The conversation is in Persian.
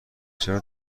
چرا